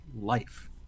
life